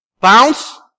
Bounce